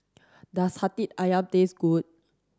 does hati ayam taste good